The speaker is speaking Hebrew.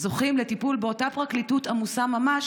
זוכים באותה פרקליטות עמוסה ממש